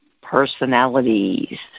personalities